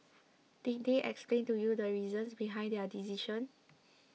did they explain to you the reasons behind their decision